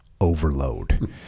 Overload